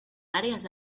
àrees